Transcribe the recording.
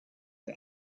her